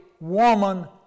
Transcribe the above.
woman